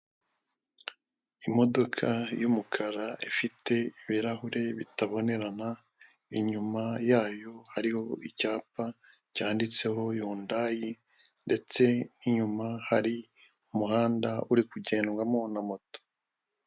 Imodoka y'umukara ifite ibirahure bitabonerana, inyuma yayo hariho icyapa cyanditseho yundayi, ndetse inyuma hari umuhanda uri kugendwamo na moto.